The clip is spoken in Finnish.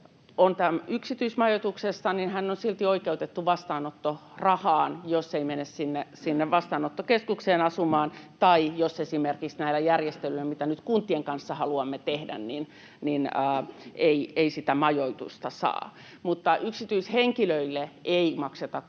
on yksityismajoituksessa, niin hän on silti oikeutettu vastaanottorahaan, jos ei mene sinne vastaanottokeskukseen asumaan tai jos esimerkiksi näillä järjestelyillä, mitä nyt kuntien kanssa haluamme tehdä, ei sitä majoitusta saa, mutta yksityishenkilöille ei makseta korvausta